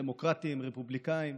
דמוקרטים, רפובליקנים